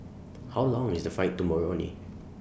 How Long IS The Flight to Moroni